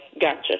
Gotcha